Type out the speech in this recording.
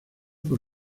por